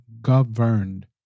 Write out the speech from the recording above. governed